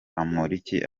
bamporiki